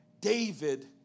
David